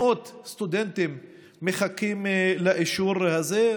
מאות סטודנטים מחכים לאישור הזה,